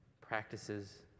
practices